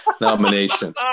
nomination